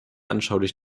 anschaulich